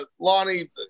lonnie